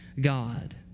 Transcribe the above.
God